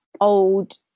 old